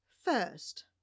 First